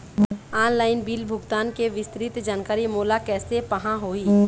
Online bill भुगतान के विस्तृत जानकारी मोला कैसे पाहां होही?